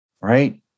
right